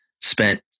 spent